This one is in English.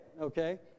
okay